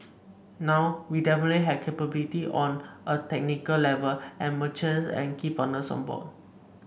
now we definitely have capability on a technical level and merchants and key partners on board